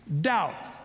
Doubt